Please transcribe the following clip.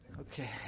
Okay